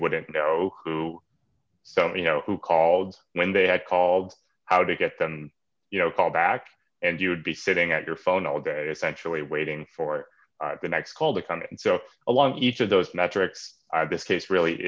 wouldn't know so you know who called when they had called how to get them you know call back and you would be sitting at your phone all day essentially waiting for the next call the coming so along each of those metrics are this case really